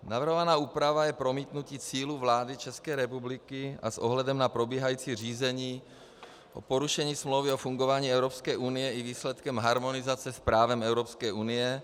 Navrhovaná úprava je promítnutí cílů vlády České republiky a s ohledem na probíhající řízení o porušení Smlouvy o fungování Evropské unie i výsledkem harmonizace s právem Evropské unie.